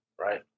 right